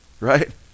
Right